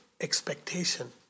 expectation